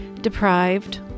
deprived